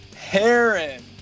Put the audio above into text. Heron